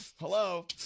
Hello